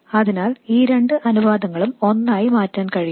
അതിനാൽ ഈ രണ്ട് അനുപാതങ്ങളും ഒന്നായി മാറ്റാൻ കഴിയും